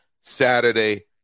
Saturday